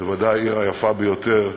בוודאי העיר היפה ביותר לעמנו,